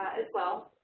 as well.